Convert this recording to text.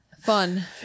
Fun